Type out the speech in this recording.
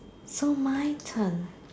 so my turn